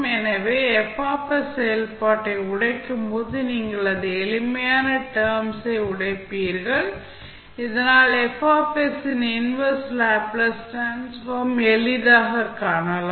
எனவே F செயல்பாட்டை உடைக்கும் போது நீங்கள் அதை எளிமையான டெர்ம்ஸ் உடைப்பீர்கள் இதனால் F இன் இன்வெர்ஸ் லேப்ளேஸ் டிரான்ஸ்ஃபார்ம் ஐ எளிதாக காணலாம்